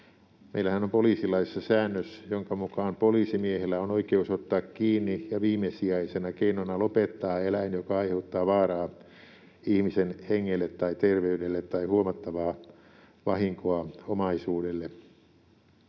Meillähän on poliisilaissa säännös, jonka mukaan poliisimiehellä on oikeus ottaa kiinni ja viimesijaisena keinona lopettaa eläin, joka aiheuttaa vaaraa ihmisen hengelle tai terveydelle tai huomattavaa vahinkoa omaisuudelle.